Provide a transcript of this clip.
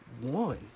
one